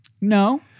No